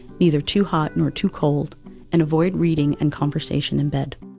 neither too hot nor too cold and avoid reading and conversation in bed.